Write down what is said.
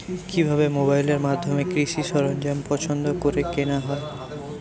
কিভাবে মোবাইলের মাধ্যমে কৃষি সরঞ্জাম পছন্দ করে কেনা হয়?